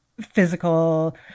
physical